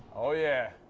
oh, yeah.